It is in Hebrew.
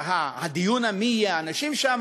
והדיון מי יהיו האנשים שם,